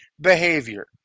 behavior